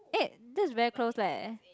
eh that's very close leh